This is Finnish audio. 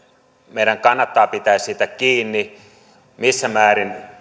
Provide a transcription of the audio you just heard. meidän kannattaa pitää siitä kiinni ja missä määrin